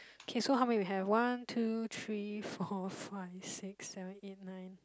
okay so how many we have one two three four five six seven eight nine